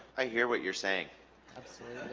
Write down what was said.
i hear what you're saying um so